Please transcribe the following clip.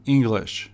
English